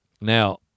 Now